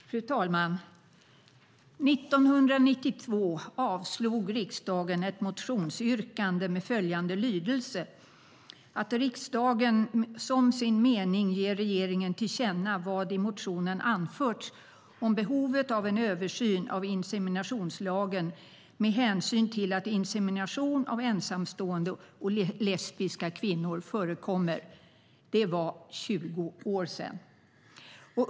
Fru talman! År 1992 avslog riksdagen ett motionsyrkande med följande lydelse: "att riksdagen som sin mening ger regeringen till känna vad i motionen anförts om behovet av en översyn av inseminationslagen med hänsyn till att insemination av ensamstående och lesbiska kvinnor förekommer". Det var 20 år sedan.